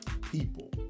people